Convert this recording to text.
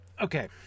okay